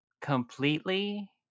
completely